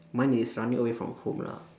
mine is running away from home lah